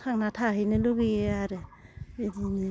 थांना थाहैनो लुगैयो आरो बिदिनो